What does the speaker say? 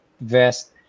vest